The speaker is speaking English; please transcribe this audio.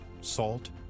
salt